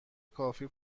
کافی